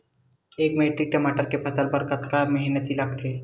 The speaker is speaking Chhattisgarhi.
एक मैट्रिक टमाटर के फसल बर कतका मेहनती लगथे?